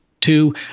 two